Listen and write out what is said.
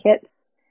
kits